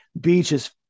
beaches